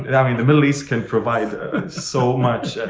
and i mean, the middle east can provide so much,